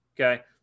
okay